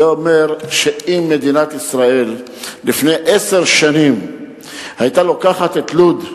זה אומר שאם מדינת ישראל לפני עשר שנים היתה לוקחת את לוד,